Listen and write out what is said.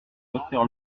docteur